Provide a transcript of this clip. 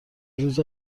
روز